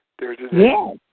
Yes